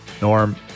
norm